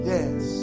Yes